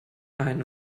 ein